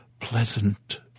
pleasant